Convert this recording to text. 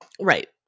Right